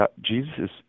Jesus